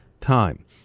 time